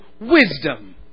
wisdom